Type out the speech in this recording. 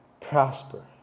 prosper